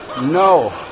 No